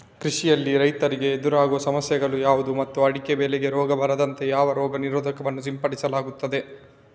ಕೃಷಿಯಲ್ಲಿ ರೈತರಿಗೆ ಎದುರಾಗುವ ಸಮಸ್ಯೆಗಳು ಯಾವುದು ಮತ್ತು ಅಡಿಕೆ ಬೆಳೆಗೆ ರೋಗ ಬಾರದಂತೆ ಯಾವ ರೋಗ ನಿರೋಧಕ ವನ್ನು ಸಿಂಪಡಿಸಲಾಗುತ್ತದೆ?